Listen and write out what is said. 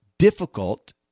Difficult